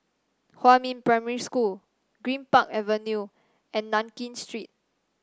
Huamin Primary School Greenpark Avenue and Nankin Street